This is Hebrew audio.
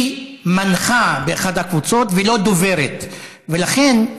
היא מנחה באחת הקבוצות ולא דוברת, ולכן,